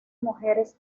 mujeres